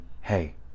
Hey